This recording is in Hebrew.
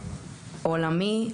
עולמי,